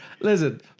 Listen